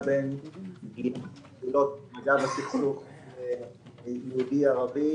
בין פעולות פגיעה בסכסוך היהודי ערבי